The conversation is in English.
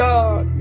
God